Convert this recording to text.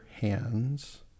hands